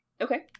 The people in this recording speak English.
Okay